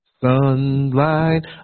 Sunlight